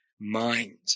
mind